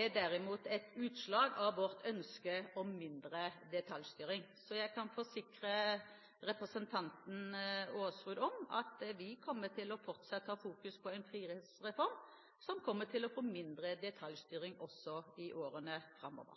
er derimot et utslag av vårt ønske om mindre detaljstyring, så jeg kan forsikre representanten Aasrud om at vi kommer til å fortsette å ha fokus på en frihetsreform, som kommer til å føre til mindre detaljstyring også i årene framover.